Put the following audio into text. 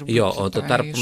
jo o tuo tarpu